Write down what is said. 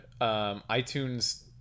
iTunes